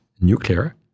nuclear